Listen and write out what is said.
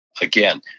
Again